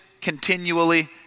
continually